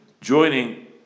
joining